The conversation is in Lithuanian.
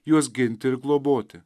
juos ginti ir globoti